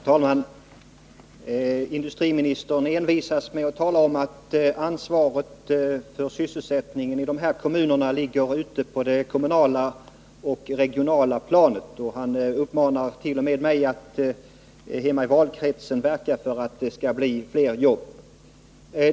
Herr talman! Industriministern envisas med att tala om att ansvaret för sysselsättningen i de här kommunerna ligger på det kommunala och regionala planet. Han uppmanar vidare mig att hemma i valkretsen verka för att det skall bli fler jobb.